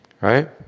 right